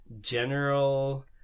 general